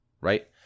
right